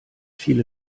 viele